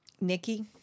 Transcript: Nikki